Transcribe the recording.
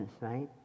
right